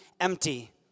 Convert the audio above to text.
empty